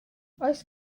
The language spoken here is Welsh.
oes